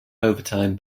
overtime